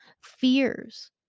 fears